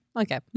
Okay